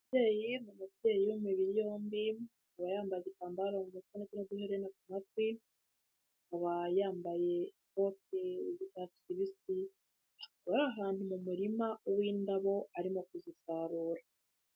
Umubyeyi, ni umubyeyi w'imibiri yombi, akaba yambaye igitambaro mu mutwe ndetse n'uduherena ku matwi, akaba yambaye ishati y'icyatsi kibisi, ari mu murima w'indabo arimo kuzisarura.